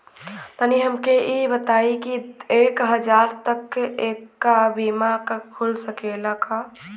तनि हमके इ बताईं की एक हजार तक क बीमा खुल सकेला का?